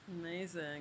Amazing